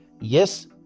yes